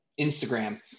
Instagram